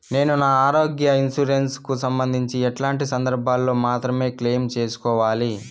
నేను నా ఆరోగ్య ఇన్సూరెన్సు కు సంబంధించి ఎట్లాంటి సందర్భాల్లో మాత్రమే క్లెయిమ్ సేసుకోవాలి?